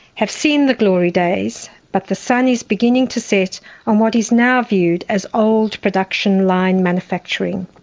have seen the glory days, but the sun is beginning to set on what is now viewed as old production-line manufacturing.